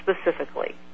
specifically